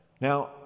Now